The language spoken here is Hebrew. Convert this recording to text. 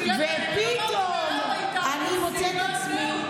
ופתאום אני מוצאת את עצמי,